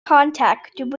contact